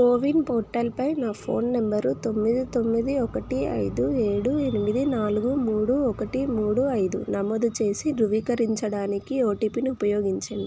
CoWIN పోర్టల్పై నా phone number తొమ్మిది తొమ్మిది ఒకటి ఐదు ఏడు ఎనిమిది నాలుగు మూడు ఒకటి మూడు ఐదు నమోదు చేసి ధృవీకరరించడానికి ఓటీపీని ఉపయోగించం